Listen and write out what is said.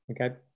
okay